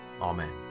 Amen